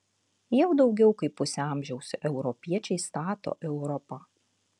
jau daugiau kaip pusę amžiaus europiečiai stato europą